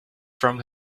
from